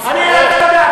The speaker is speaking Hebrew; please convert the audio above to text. אז מה?